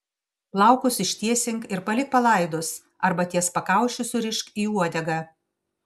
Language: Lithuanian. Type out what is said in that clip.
plaukus ištiesink ir palik palaidus arba ties pakaušiu surišk į uodegą